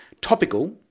topical